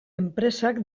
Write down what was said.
enpresak